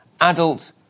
adult